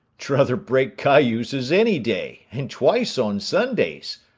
druther break cayuses any day, and twice on sundays,